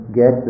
get